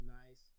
nice